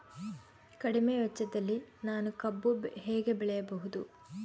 ಕಡಿಮೆ ವೆಚ್ಚದಲ್ಲಿ ನಾನು ಕಬ್ಬು ಹೇಗೆ ಬೆಳೆಯಬಹುದು?